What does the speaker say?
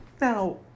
Now